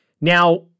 Now